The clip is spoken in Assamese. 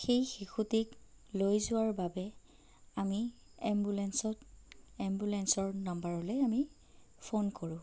সেই শিশুটিক লৈ যোৱাৰ বাবে আমি এম্বুলেঞ্চত এম্বুলেঞ্চৰ নম্বৰলে আমি ফোন কৰোঁ